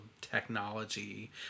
technology